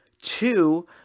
Two